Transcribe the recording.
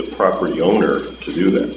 the property owner to do that